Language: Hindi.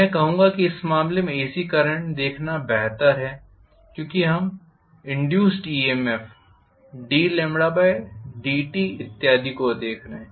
मैं कहूंगा कि इस मामले में ACकरंट देखना बेहतर है क्योंकि हम इंड्यूस्ड EMF ddt इत्यादि को देख रहे हैं